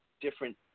different